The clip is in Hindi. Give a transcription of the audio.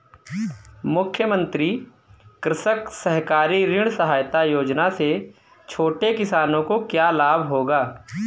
मुख्यमंत्री कृषक सहकारी ऋण सहायता योजना से छोटे किसानों को क्या लाभ होगा?